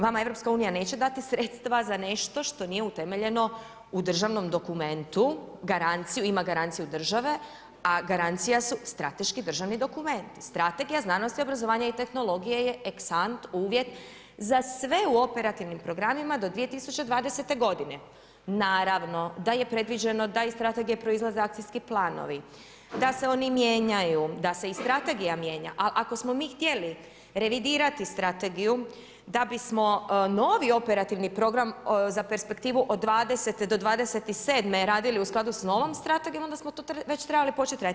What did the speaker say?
Vama EU neće dati sredstva za nešto što nije utemeljeno u državnom dokumentu, garanciju, ima garanciju države, a granica su strateški državni dokument, strategija znanosti obrazovanja i tehnologije je ex sant uvjet za sve u operativnim programima do 2020. g. Naravno da je predviđeno da iz strategije proizlaze akcijski planovi, da se oni mijenjaju, da se i strategija mijenja, ali ako smo mi htjeli revidirati strategiju, da bismo novi operativni program za perspektivu od 20-27 radili u skladu s novom strategijom, onda smo to već trebali raditi.